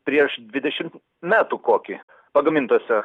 prieš dvidešimt metų kokį pagamintose